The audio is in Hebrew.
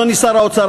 אדוני שר האוצר,